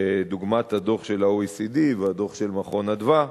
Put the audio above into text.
דוגמת הדוח של ה-OECD והדוח של "מרכז אדוה"